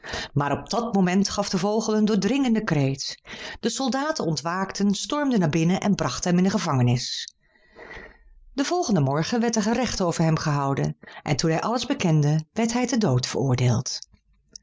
maar op dat oogenblik gaf de vogel een doordringenden kreet de soldaten ontwaakten stormden naar binnen en brachten hem in de gevangenis den volgenden morgen werd er gerecht over hem gehouden en toen hij alles bekende werd hij ter dood veroordeeld